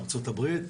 ארצות הברית.